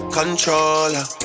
controller